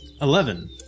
Eleven